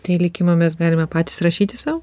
tai likimą mes galime patys rašyti sau